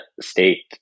state